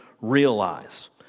realize